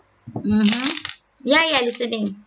mmhmm ya ya listening